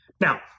Now